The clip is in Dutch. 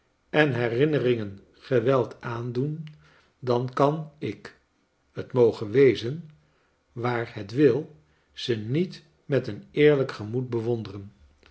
en herinneringen geweld aandoen dan kan ik t moge wezen waar het wil ze niet met een eerlijk gemoed bewonderen